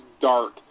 dark